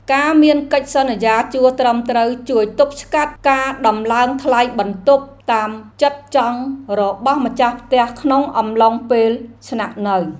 ការមានកិច្ចសន្យាជួលត្រឹមត្រូវជួយទប់ស្កាត់ការដំឡើងថ្លៃបន្ទប់តាមចិត្តចង់របស់ម្ចាស់ផ្ទះក្នុងអំឡុងពេលស្នាក់នៅ។